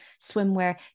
swimwear